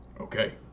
Okay